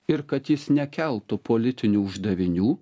ir kad jis nekeltų politinių uždavinių